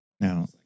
Now